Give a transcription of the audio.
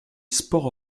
sport